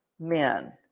men